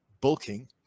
bulking